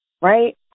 right